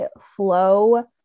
flow